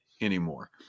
anymore